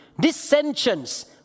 Dissensions